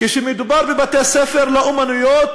כשמדובר בבתי-ספר לאמנויות,